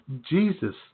Jesus